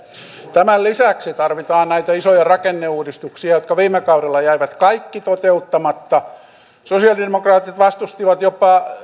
tämän lisäksi tarvitaan näitä isoja rakenneuudistuksia jotka viime kaudella jäivät kaikki toteuttamatta sosialidemokraatit vastustivat jopa